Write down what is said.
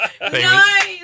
Nice